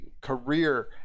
career